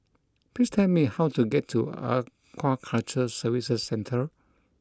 Please tell me how to get to Aquaculture Services Centre